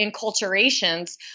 enculturations